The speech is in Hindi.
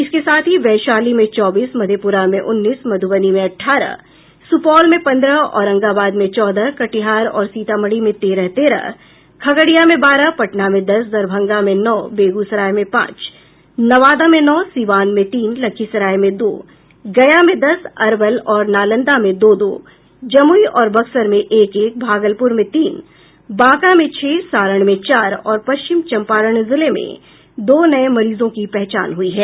इसके साथ ही वैशाली में चौबीस मधेपुरा में उन्नीस मधुबनी में अठारह सुपौल में पंद्रह औरंगाबाद में चौदह कटिहार और सीतामढ़ी में तेरह तेरह खगड़िया में बारह पटना में दस दरभंगा में नौ बेगूसराय में पांच नवादा में नौ सीवान में तीन लखीसराय में दो गया में दस अरवल और नालंदा में दो दो जमुई और बक्सर में एक एक भागलपुर में तीन बांका में छह सारण में चार और पश्चिम चंपारण जिले में दो नये मरीजों की पहचान हुयी है